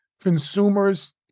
consumers